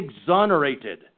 exonerated